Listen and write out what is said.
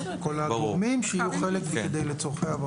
ובשיתוף כל הגורמים שיהיו חלק --- תגיד